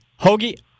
Hoagie